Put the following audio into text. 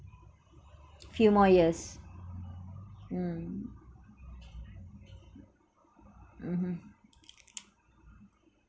few more years um mmhmm